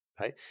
right